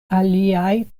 aliaj